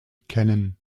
kennen